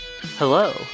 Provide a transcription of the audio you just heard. Hello